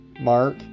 mark